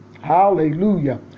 Hallelujah